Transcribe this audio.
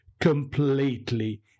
completely